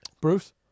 Bruce